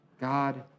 God